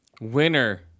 Winner